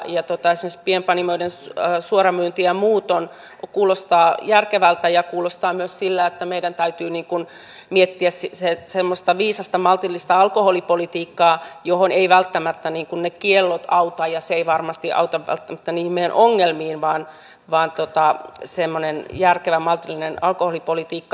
esimerkiksi pienpanimoiden suoramyynti ja muu kuulostaa järkevältä ja kuulostaa myös siltä että meidän täytyy miettiä semmoista viisasta maltillista alkoholipolitiikkaa johon eivät välttämättä ne kiellot auta ja se ei varmasti auta välttämättä niihin meidän ongelmiin vaan semmoinen järkevä ja maltillinen alkoholipolitiikka